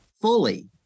fully